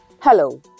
hello